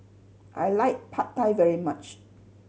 I like Pad Thai very much